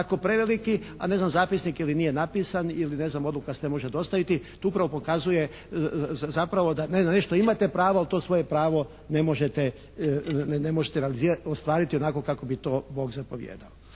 tako preveliki, a ne znam zapisnik ili nije napisan ili ne znam odluka se ne može dostaviti. To upravo pokazuje zapravo da na nešto imate pravo ali to svoje pravo ne možete realizirati, ostvariti onako kako bi to Bog zapovijedao.